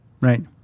Right